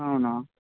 అవునా